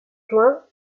juin